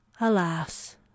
Alas